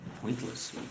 pointless